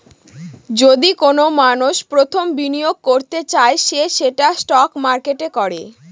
যদি কোনো মানষ প্রথম বিনিয়োগ করতে চায় সে সেটা স্টক মার্কেটে করে